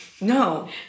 No